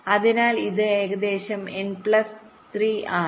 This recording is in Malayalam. അതിനാൽ ഇത് ഏകദേശം n പ്ലസ് 3 ആണ്